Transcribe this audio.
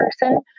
person